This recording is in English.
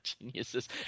geniuses